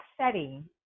setting